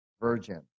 virgin